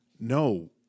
no